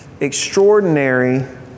Extraordinary